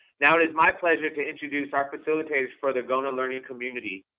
now it is my pleasure to introduce our facilitators for the gona learning community,